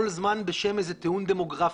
כל הזמן בשם איזה טיעון דמוגרפי,